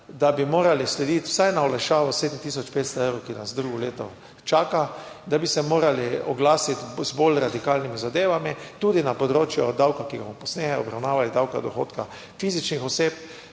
da bi morali slediti vsaj na olajšavo 7 tisoč 500 evrov, ki nas drugo leto čaka, da bi se morali oglasiti z bolj radikalnimi zadevami tudi na področju davka, ki ga bomo kasneje obravnavali, davek od dohodka fizičnih oseb.